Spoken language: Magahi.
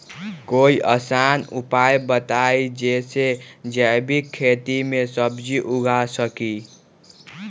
कोई आसान उपाय बताइ जे से जैविक खेती में सब्जी उगा सकीं?